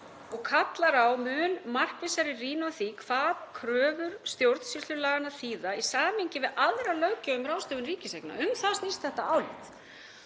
og kallar á mun markvissari rýni á því hvað kröfur stjórnsýslulaganna þýða í samhengi við aðra löggjöf um ráðstöfun ríkiseigna. Um það snýst þetta álit.